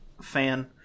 fan